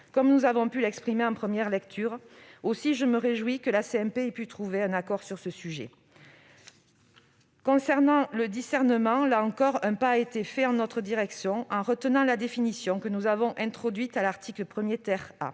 comme nous l'avions indiqué en première lecture. Aussi, je me réjouis que la CMP ait pu trouver un accord sur ce point. Concernant le discernement, là encore, un pas a été fait en notre direction, la définition que nous avons introduite à l'article 1 A